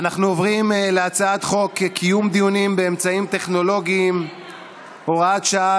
עוברים להצעת חוק קיום דיונים באמצעים טכנולוגיים (הוראת שעה,